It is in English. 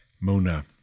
Mona